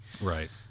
right